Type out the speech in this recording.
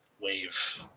wave